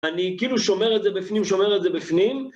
אני כאילו שומר את זה בפנים, שומר את זה בפנים.